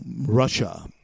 Russia